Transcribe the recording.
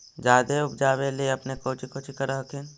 जादे उपजाबे ले अपने कौची कौची कर हखिन?